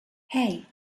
hey